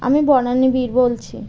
আমি বনানি বীর বলছি